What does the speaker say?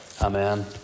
Amen